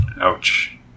Ouch